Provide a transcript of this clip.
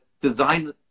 design